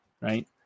right